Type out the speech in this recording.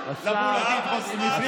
תודה,